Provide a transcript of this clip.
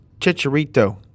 chicharito